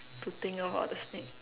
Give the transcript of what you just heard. to think about the snake